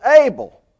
able